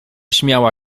śmiała